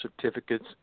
certificates